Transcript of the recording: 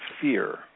fear